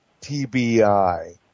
TBI